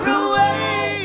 away